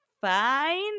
fine